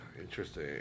interesting